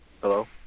Hello